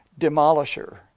demolisher